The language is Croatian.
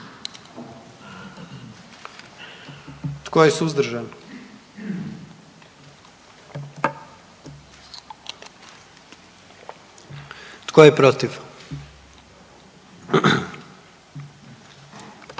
Tko je suzdržan? I tko je protiv?